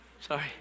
sorry